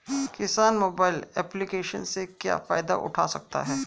किसान mobile application से क्या फायदा उठा सकता है?